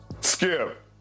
Skip